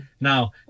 Now